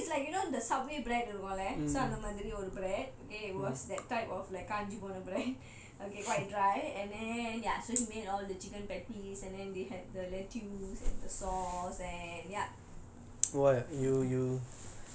so it's like you know the subway bread இருக்கும்லே:irukkumlae so அந்த மாரி ஒரு:antha maari oru the old bread it was that type of like காஞ்சு போன:kaanju pona bread okay quite dry and then ya so he made all the chicken patties and then they had the lettuce and the sauce and ya